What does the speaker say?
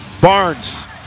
Barnes